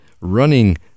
running